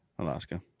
Alaska